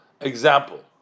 example